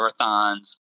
marathons